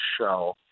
show